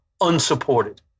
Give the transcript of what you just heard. unsupported